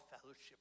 fellowship